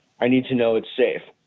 i need to know it's safe.